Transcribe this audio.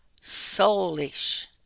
soulish